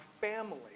family